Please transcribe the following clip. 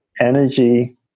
energy